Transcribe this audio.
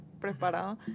preparado